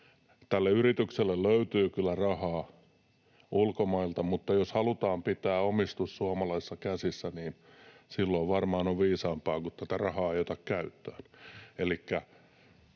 Tälle yritykselle löytyy kyllä rahaa ulkomailta, mutta jos halutaan pitää omistus suomalaisissa käsissä, niin silloin varmaan on viisaampaa, kun tätä rahaa ei ota käyttöön.